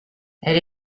elle